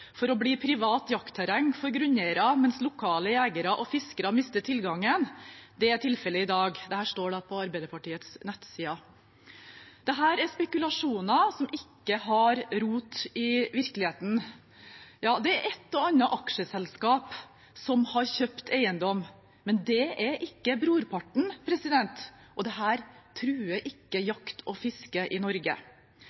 for å bli privat jaktterreng for grunneieren, mens lokale jegere og fiskere mister tilgangen.» Det er tilfellet i dag, dette står på Arbeiderpartiets nettsider. Dette er spekulasjoner som ikke har rot i virkeligheten. Ja, det er et og annet aksjeselskap som har kjøpt eiendom, men det er ikke brorparten, og dette truer ikke